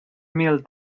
mil